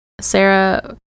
Sarah